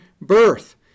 birth